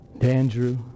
Andrew